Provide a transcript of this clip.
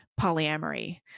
polyamory